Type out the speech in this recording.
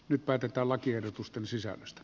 nyt päätetään lakiehdotusten sisällöstä